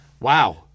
Wow